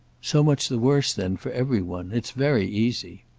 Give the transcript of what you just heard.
so much the worse then for every one. it's very easy.